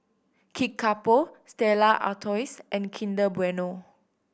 Kickapoo Stella Artois and Kinder Bueno